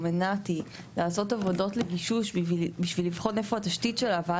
ונת"י לעשות עבודות לגישוש בשביל לבחון איפה התשתית שלה ועל